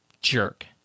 jerk